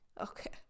okay